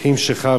לוקחים שיכר.